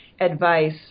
advice